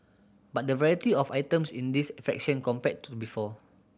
but the variety of items in this fraction compared to before